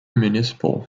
municipal